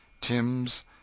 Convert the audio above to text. TIM'S